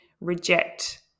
reject